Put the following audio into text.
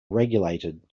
regulated